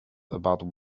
about